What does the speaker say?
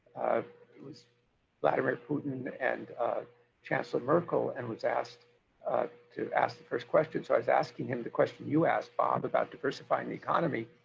it was vladimir putin and chancellor merkel and was asked to ask the first question. so i was asking him the question you asked, bob, about diversifying the economy.